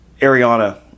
Ariana